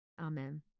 Amen